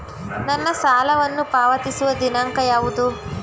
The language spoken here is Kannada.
ನನ್ನ ಸಾಲವನ್ನು ಪಾವತಿಸುವ ದಿನಾಂಕ ಯಾವುದು?